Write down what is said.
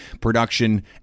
production